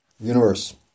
Universe